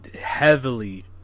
heavily